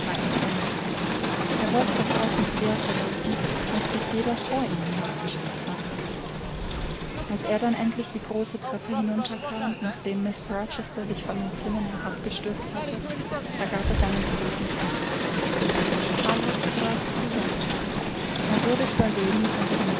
er wollte das haus nicht eher verlassen als bis jeder vor ihm hinausgeschafft war als er dann endlich die große treppe hinunterkam nachdem mrs rochester sich von den zinnen herabgestürzt hatte da gab es einen großen krach und alles brach zusammen er wurde zwar lebend unter den